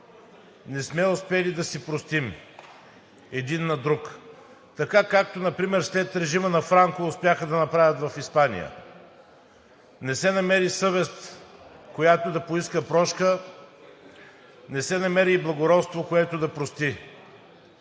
не сме успели да си простим един на друг, както например след режима на Франко успяха да направят в Испания. Не се намери съвест, която да поиска прошка. Не се намери и благородство, което да прости.